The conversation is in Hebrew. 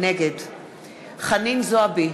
נגד חנין זועבי,